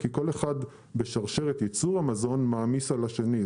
כי כל אחד בשרשרת ייצור המזון מעמיס על השני.